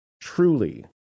truly